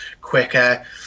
quicker